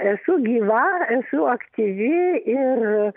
esu gyva esu aktyvi ir